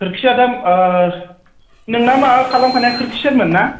खोरखिया दा नोंना माबा खालामखानाया खोरखि सेरमोन ना